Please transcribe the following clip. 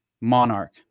monarch